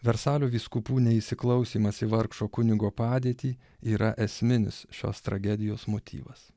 versalio vyskupų neįsiklausymas į vargšo kunigo padėtį yra esminis šios tragedijos motyvas